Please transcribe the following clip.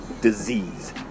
disease